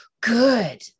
good